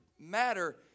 Matter